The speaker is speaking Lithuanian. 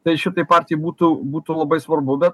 tai šitai partijai būtų būtų labai svarbu bet